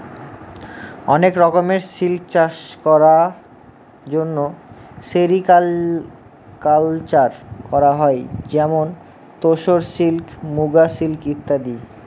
অনেক রকমের সিল্ক চাষ করার জন্য সেরিকালকালচার করা হয় যেমন তোসর সিল্ক, মুগা সিল্ক ইত্যাদি